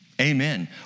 Amen